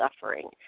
suffering